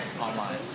online